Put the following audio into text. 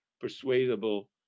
persuadable